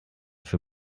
für